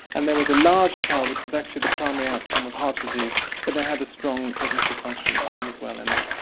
and there was a large trial which was actually the primary outcome was heart disease but they had a strong cognitive function arm as well in that,